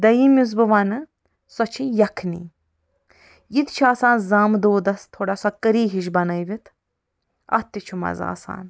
دوٚیِم یُس بہٕ ونہٕ سۄ چھِ یکھنی یہِ تہِ چھُ آسان زامٕدۄدس تھوڑا سۄ کٔری ہِش بنٲوِتھ اتھ تہِ چھُ مزٕ آسان